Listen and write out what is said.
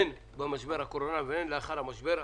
הן במשבר הקורונה והן לאחר המשבר.